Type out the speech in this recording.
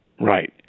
right